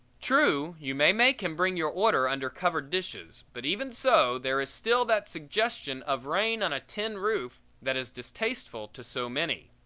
true, you may make him bring your order under covered dishes, but even so, there is still that suggestion of rain on a tin roof that is distasteful to so many.